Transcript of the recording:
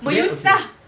weird okay